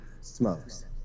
smokes